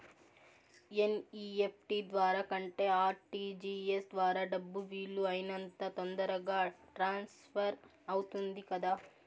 NEFT ద్వారా కంటే RTGS ద్వారా డబ్బు వీలు అయినంత తొందరగా ట్రాన్స్ఫర్ అవుతుంది కదా